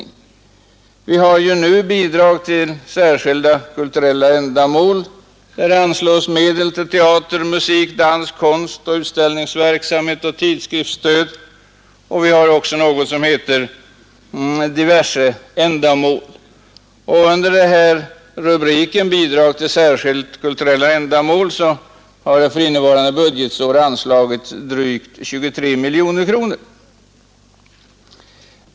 Det utgår nu bidrag till särskilda kulturella ändamål, och där anslås det medel till teater, musik, dans, konst, utställningsverksamhet och tidskriftsstöd samt till något som kallas diverse ändamål. Under rubriken bidrag till särskilda kulturella ändamål har för innevarande budgetår anslagits drygt 23 miljoner kronor.